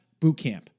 bootcamp